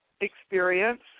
experience